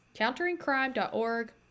counteringcrime.org